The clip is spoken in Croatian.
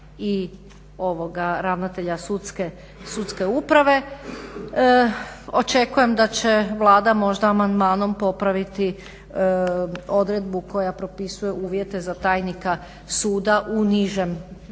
i ravnatelja sudske uprave. Očekujem da će Vlada možda amandmanom popraviti odredbu koja propisuje uvjete za tajnika suda u nižem